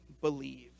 believe